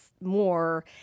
more